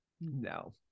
No